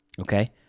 okay